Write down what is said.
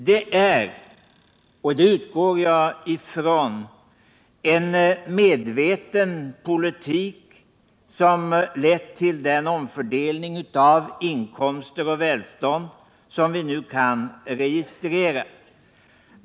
Det är — det utgår jag ifrån — en medveten politik som lett till den omfördelning av inkomster och välstånd som vi nu kan registrera.